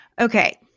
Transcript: Okay